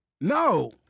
No